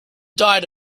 diet